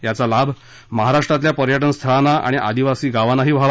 याचा लाभ महाराष्ट्रातील पर्यटन स्थळांना आणि आदिवासी गावांना व्हावा